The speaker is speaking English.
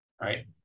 right